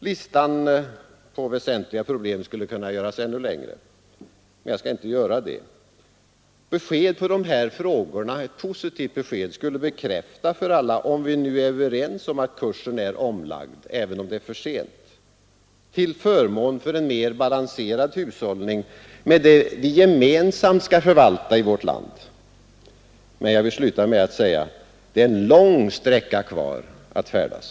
Listan på väsentliga problem skulle man kunna göra ännu längre, men jag skall inte göra det. Ett positivt besked på dessa frågor skulle kunna bekräfta för alla att vi nu är överens om att kursen är omlagd, även om det är för sent, till förmån för en mer balanserad hushållning med det vi gemensamt skall förvalta i vårt land. Men jag vill sluta med att säga att det är en lång sträcka kvar att färdas.